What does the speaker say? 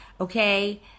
okay